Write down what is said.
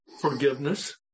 forgiveness